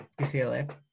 UCLA